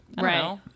Right